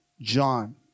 John